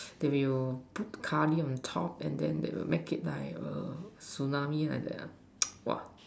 they will put Curry on top and then they will make it like a tsunami like that ah !wah!